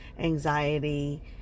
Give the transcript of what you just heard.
anxiety